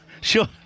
Sure